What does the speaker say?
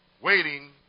waiting